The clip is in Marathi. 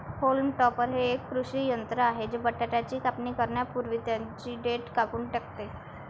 होल्म टॉपर हे एक कृषी यंत्र आहे जे बटाट्याची कापणी करण्यापूर्वी त्यांची देठ कापून टाकते